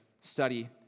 study